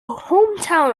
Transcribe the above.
hometown